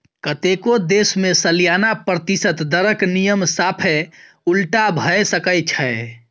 कतेको देश मे सलियाना प्रतिशत दरक नियम साफे उलटा भए सकै छै